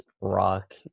rock